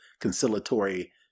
conciliatory